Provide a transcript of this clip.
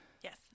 Yes